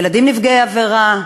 ילדים נפגעי עבירה,